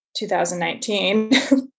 2019